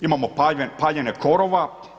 Imamo paljenje korova.